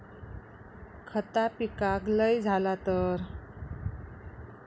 खता पिकाक लय झाला तर?